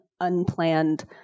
unplanned